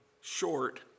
short